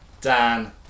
Dan